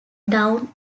down